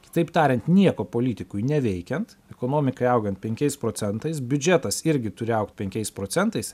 kitaip tariant nieko politikui neveikiant ekonomikai augant penkiais procentais biudžetas irgi turi augt penkiais procentais